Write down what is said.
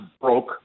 broke